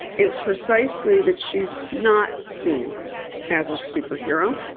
is precisely that she is not seen as a superhero,